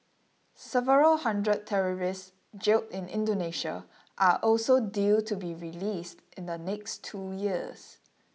several hundred terrorists jailed in Indonesia are also due to be released in the next two years